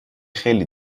خیلی